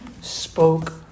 spoke